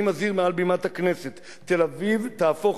אני מזהיר מעל בימת הכנסת: תל-אביב תהפוך